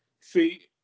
see